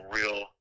real